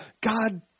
God